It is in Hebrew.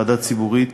ועדה ציבורית